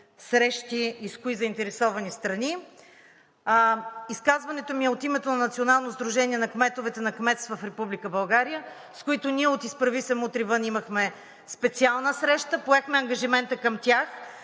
срещи и с кои заинтересовани страни. Изказването ми е от името на Националното сдружение на кметовете на кметства в Република България, с които ние от „Изправи се! Мутри вън!“ имахме специална среща, поехме ангажимента към тях.